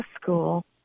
school